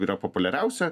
yra populiariausia